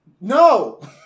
No